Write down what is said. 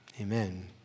Amen